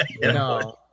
No